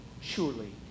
surely